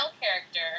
character